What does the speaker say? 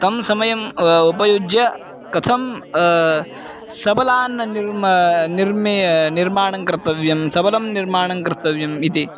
तं समयम् उपयुज्य कथं सबलान् निर्माणं निर्माणं निर्माणं कर्तव्यं सबलं निर्माणं कर्तव्यम् इति